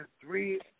three